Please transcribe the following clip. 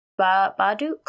Baduk